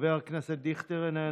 חבר הכנסת דיכטר, איננו.